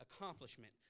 accomplishment